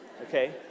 okay